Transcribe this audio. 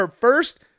first